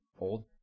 old